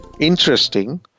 Interesting